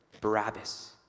Barabbas